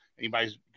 Anybody's